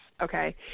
okay